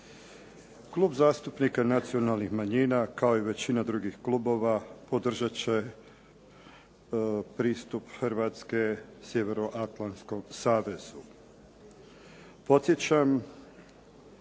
Klub zastupnika Nacionalnih manjina, kao i većina drugih klubova podržat će pristup Hrvatske Sjevernoatlantskom savezu. Podsjećam,